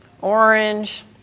orange